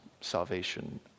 salvation